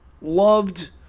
loved